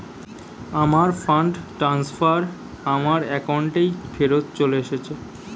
আমার fund transfer আমার অ্যাকাউন্টেই ফেরত চলে এসেছে